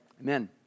Amen